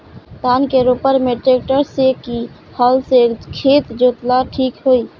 धान के रोपन मे ट्रेक्टर से की हल से खेत जोतल ठीक होई?